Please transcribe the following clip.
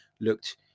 looked